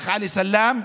האח עלי סלאם,